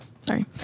Sorry